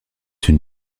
une